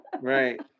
Right